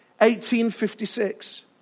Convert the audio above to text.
1856